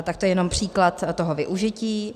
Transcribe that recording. Tak to je jenom příklad toho využití.